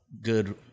good